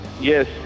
Yes